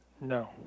No